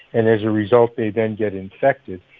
and as a result, they then get infected,